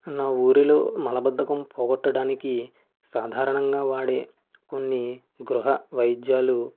నా ఊరిలో మలబద్ధకం పోగొట్టడానికి సాధారణంగా వాడే కొన్ని గృహ వైద్యాలు